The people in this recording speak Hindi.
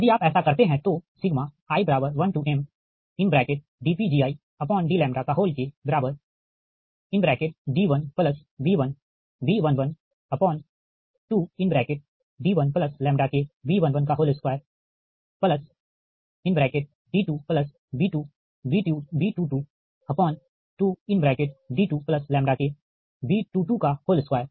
यदि आप ऐसा करते है तो i1mdPgidλd1b1B112d1KB112 d2b2B222d2KB222